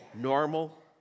normal